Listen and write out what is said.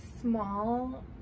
small